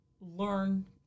learn